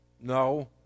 No